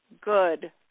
good